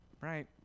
Right